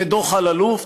ודוח אלאלוף,